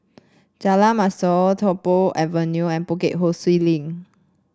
Jalan Mashor Tung Po Avenue and Bukit Ho Swee Link